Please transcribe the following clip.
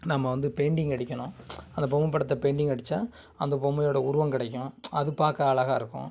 நம்ம வந்து பெயிண்டிங் அடிக்கணும் அந்த பொம்மை படத்தை பெயிண்டிங் அடிச்சால் அந்த பொம்மையோடய உருவம் கிடைக்கும் அது பார்க்க அழகா இருக்கும்